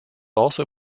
also